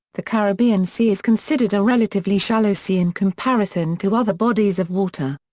the caribbean sea is considered a relatively shallow sea in comparison to other bodies of water.